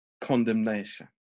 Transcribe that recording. Condemnation